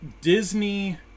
Disney